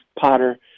Potter